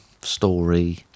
story